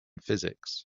physics